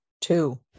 two